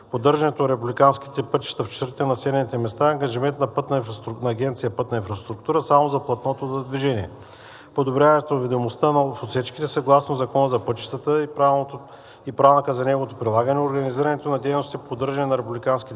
Поддържането на републиканските пътища в чертите на населените места е ангажимент на Агенция „Пътна инфраструктура“ само за платното за движение. Подобряването на видимостта в отсечките съгласно Закона за пътищата и правилника за неговото прилагане, организирането на дейностите по поддържането на републиканските